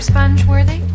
sponge-worthy